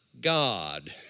God